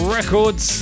Records